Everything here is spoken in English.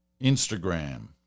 Instagram